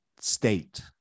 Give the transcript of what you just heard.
State